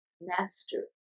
master